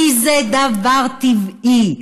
כי זה דבר טבעי.